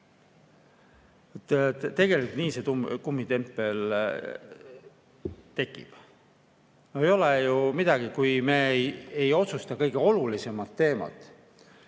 Tegelikult nii see kummitempel tekib. Ei ole ju midagi [muud öelda], kui me ei otsusta kõige olulisemat teemat.